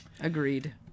Agreed